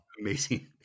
Amazing